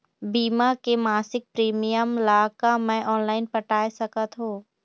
बीमा के मासिक प्रीमियम ला का मैं ऑनलाइन पटाए सकत हो?